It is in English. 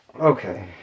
Okay